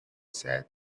said